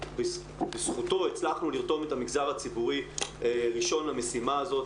שבזכותו הצלחנו לרתום את המגזר הציבורי ראשון למשימה הזאת.